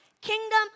Kingdom